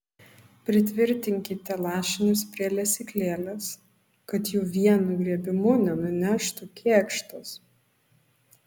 pritvirtinkite lašinius prie lesyklėlės kad jų vienu griebimu nenuneštų kėkštas